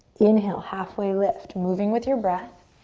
inhale, halfway lift. moving with your breath.